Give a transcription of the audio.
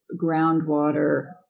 groundwater